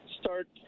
start